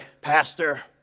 pastor